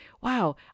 wow